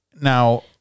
Now